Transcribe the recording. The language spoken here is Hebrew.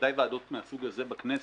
ודאי ועדות מהסוג הזה בכנסת,